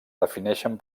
defineixen